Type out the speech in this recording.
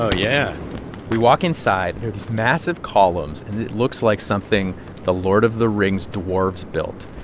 yeah we walk inside. there are these massive columns, and it looks like something the lord of the rings dwarves built.